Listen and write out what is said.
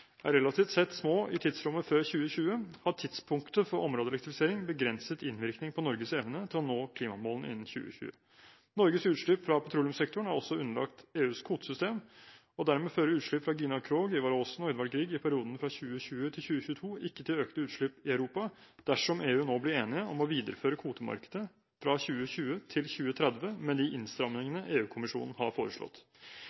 er relativt sett små i tidsrommet før 2020, har tidspunktet for områdeelektrifisering begrenset innvirkning på Norges evne til å nå klimamålene innen 2020. Norges utslipp fra petroleumssektoren er også underlagt EUs kvotesystem, og dermed fører utslipp fra Gina Krog, Ivar Aasen og Edvard Grieg i perioden fra 2020 til 2022 ikke til økte utslipp i Europa, dersom EU nå blir enige om å videreføre kvotemarkedet fra 2020 til 2030 med de